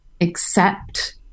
accept